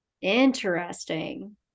Interesting